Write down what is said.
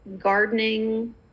Gardening